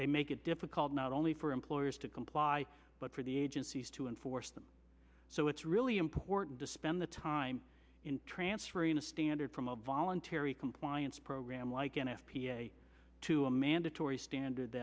they make it difficult not only for employers to comply but for the agencies to enforce them so it's really important to spend the time in transferrin a standard from a voluntary compliance programme like n f p a to a mandatory standard